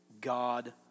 God